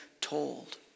told